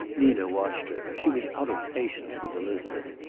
nina watched her. she was out of patience with elizabeth,